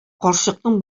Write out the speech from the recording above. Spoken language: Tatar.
карчыкның